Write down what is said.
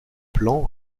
plan